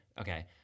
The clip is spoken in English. Okay